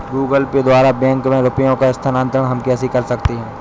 Google Pay द्वारा bank में रुपयों का स्थानांतरण हम कैसे कर सकते हैं?